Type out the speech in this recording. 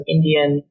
Indian